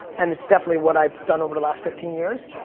and it's definitely what i've done over the last fifteen years.